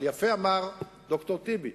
אבל יפה אמר ד"ר טיבי: